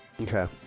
Okay